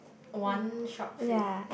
one shark fin